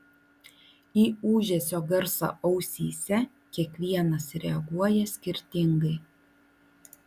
į ūžesio garsą ausyse kiekvienas reaguoja skirtingai